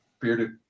bearded